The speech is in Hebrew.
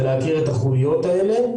ולהכיר את החוליות האלה,